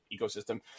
ecosystem